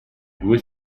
due